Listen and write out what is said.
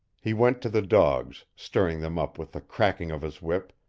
he went to the dogs, stirring them up with the cracking of his whip,